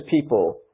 people